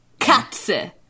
Katze